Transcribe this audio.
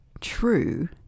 true